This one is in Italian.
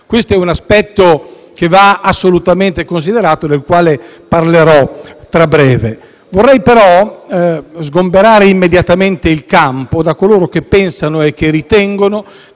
Questo è un aspetto che va assolutamente considerato e del quale parlerò tra breve. Vorrei però sgomberare il campo da quanti pensano e ritengono